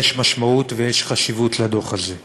יש משמעות ויש חשיבות ויש משמעות לדוח הזה,